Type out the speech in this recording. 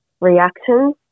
reaction